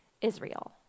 Israel